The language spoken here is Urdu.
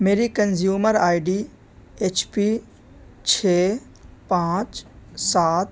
میری consumer I D H P چھ پانچ سات